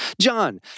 John